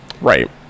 Right